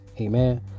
amen